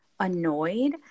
annoyed